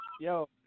Yo